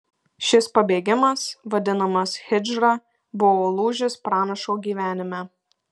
šis pabėgimas vadinamas hidžra buvo lūžis pranašo gyvenime